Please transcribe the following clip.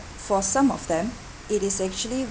for some of them it is actually